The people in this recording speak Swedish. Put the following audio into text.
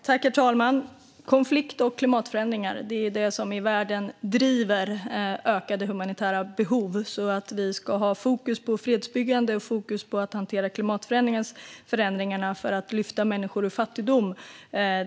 Herr talman! Konflikt och klimatförändringar är de frågor i världen som driver ökade humanitära behov. Vi ska självklart ha fokus på fredsbyggande och att hantera klimatförändringarna för att lyfta människor ur fattigdom.